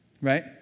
right